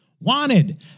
Wanted